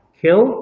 kill